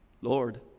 Lord